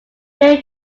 new